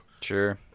Sure